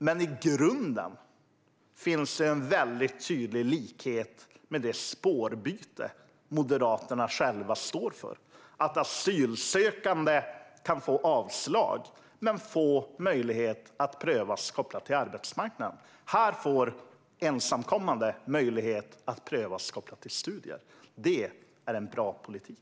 Men i grunden finns det en väldigt tydlig likhet med det spårbyte som Moderaterna själva står för, att asylsökande kan få avslag men ändå få möjlighet att prövas kopplat till arbetsmarknaden. Här får ensamkommande möjlighet att prövas kopplat till studier. Det är en bra politik.